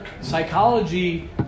psychology